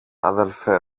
αδελφέ